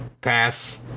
Pass